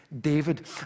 David